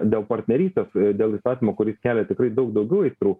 dėl partnerystės dėl įstatymo kuris kelia tikrai daug daugiau aistrų